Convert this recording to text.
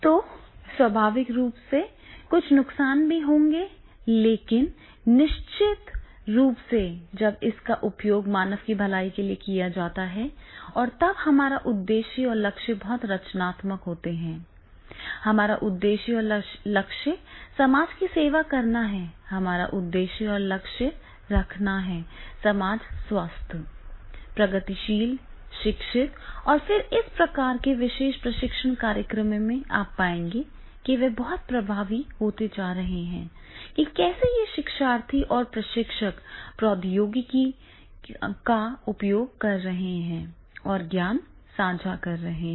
तो स्वाभाविक रूप से कुछ नुकसान भी होंगे लेकिन निश्चित रूप से जब इसका उपयोग मानव की भलाई के लिए किया जाता है और तब हमारा उद्देश्य और लक्ष्य बहुत रचनात्मक होते हैं हमारा उद्देश्य और लक्ष्य समाज की सेवा करना है हमारा उद्देश्य और लक्ष्य रखना है समाज स्वस्थ प्रगतिशील शिक्षित और फिर इस प्रकार के विशेष प्रशिक्षण कार्यक्रमों में आप पाएंगे कि वे बहुत प्रभावी होते जा रहे हैं कि कैसे ये शिक्षार्थी और ये प्रशिक्षक प्रौद्योगिकी का उपयोग कर रहे हैं और ज्ञान साझा कर रहे हैं